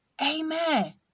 amen